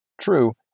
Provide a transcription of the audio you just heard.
True